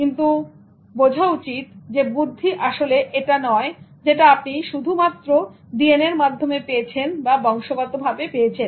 কিন্তু বোঝা উচিত যে বুদ্ধি আসলে এটা নয় যেটা আপনি শুধুমাত্র ডিএনএ র মাধ্যমে পেয়েছেন বা বংশগতভাবে পেয়েছেন